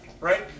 Right